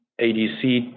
ADC